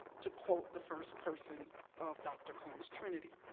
to quote the first person of dr. cone's trinity.